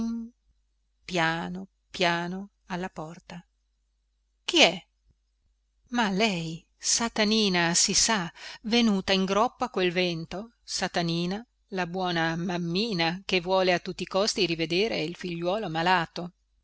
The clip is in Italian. piano piano alla porta chi è ma lei satanina si sa venuta in groppa a quel vento satanina la buona mammina che vuole a tutti i costi rivedere il figliuolo malato